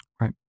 Right